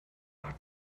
hat